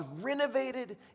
renovated